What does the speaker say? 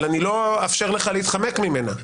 אבל אני לא אאפשר לך להתחמק ממנה.